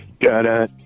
Da-da